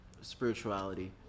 spirituality